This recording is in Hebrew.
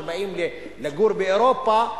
שבאים לגור באירופה,